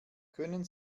können